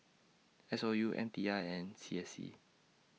S O U M T I and C S C